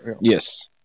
Yes